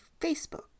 facebook